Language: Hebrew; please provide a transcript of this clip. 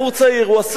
הוא עשה קורס